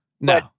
No